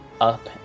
up